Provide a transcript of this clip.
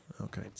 Okay